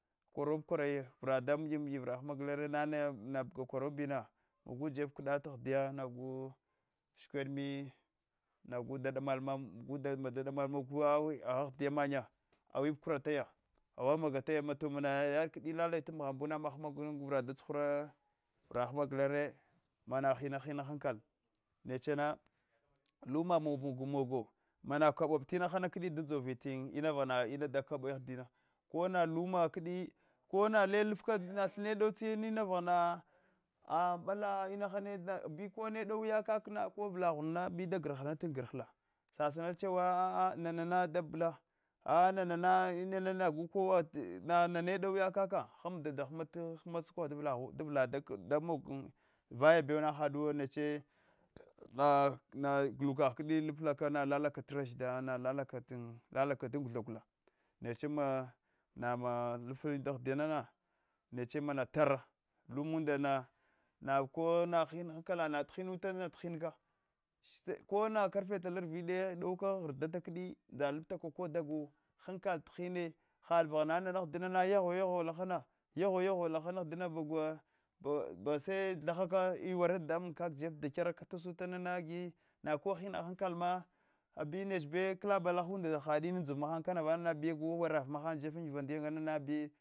Kwaraf kwarar vrada mi, mi i vrahama gulenye naya naba gan kwarawanbina baku jeb katata ahidiya nasu shkwede nil nagh da damal mamum bagunda da damal mum ahdiya mannya awip kwarataya awi magataya to mayadma lalakdi amghamn maham gulen gudavra da tsu huva vra hama gulenye mana hina hinan hankal neche na luma mogamogo manna kabob tinan da dzoula tinan vaghana ina da kobi ahdiya kona thine dotsiya ina vaghana mbala inahana bi ko ine dowiya kaka ko avlaghunna bida grhamanral grhla sasinal chuwa nana dabla a nana inana nagh kowa namane dowiya kaka handadanda hama da sukoghu davlaghu davla dagh damog vayabauna neche haduwa neche na ghkagh ledi iflaka lalaka dan rashida lalaka dan gala gula nache ma lifli dahdiya na nana neche matarra lumunda nan aka na hinan hankada na hinun ta hika kona karfe tala gruide dauka ghrdata kdi dzaka laptaka ko dagu hankal hine ha vaghana nana ahdina yagho yagho lehana yagho lahana ahdina base iware dadamun kaka jef dakyar sutamana agina ko hina haukalma abi neche bakala baa land ahuada ha iunda an dziva mahan kama uina guwarau maham jef an giva niya nana bi